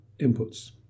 inputs